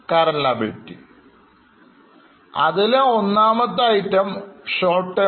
4 a is short term borrowings